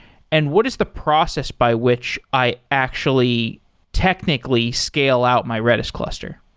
and what is the process by which i actually technically scale out my redis cluster?